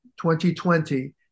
2020